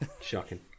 Shocking